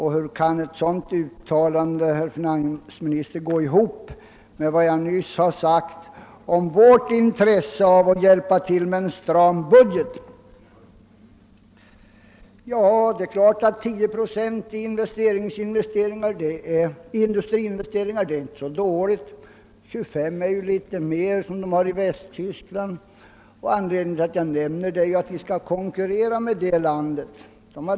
Hur kan det uttalande som finansministern ville tillskriva mig gå ihop med vad jag nyss sagt om våri intresse av att för närvarande hjälpa till med en stram budget? Det är klart att 10 procent i ökning av industriinvesteringarna inte är så dåligt; 25 procent, som man har i Västtyskland, är ju litet mer. Anledningen till att jag nämnde det är att vi skall konkurrera med det landet.